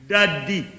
Daddy